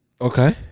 Okay